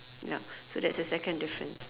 yup so that's the second difference